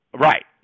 Right